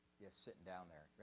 yeah, sitting down there.